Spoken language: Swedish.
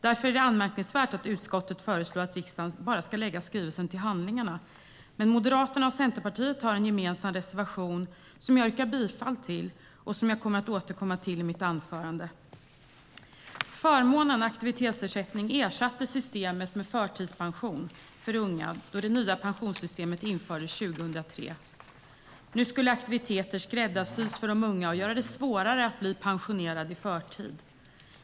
Därför är det anmärkningsvärt att utskottet föreslår att riksdagen bara ska lägga skrivelsen till handlingarna, men Moderaterna och Centerpartiet har en gemensam reservation som jag yrkar bifall till och som jag kommer att återkomma till i mitt anförande. Förmånen aktivitetsersättning ersatte systemet med förtidspension för unga då det nya pensionssystemet infördes 2003. Nu skulle aktiviteter skräddarsys för de unga och göra det svårare att bli pensionerad i förtid.